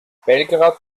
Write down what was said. belgrad